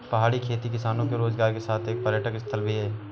पहाड़ी खेती किसानों के रोजगार के साथ एक पर्यटक स्थल भी है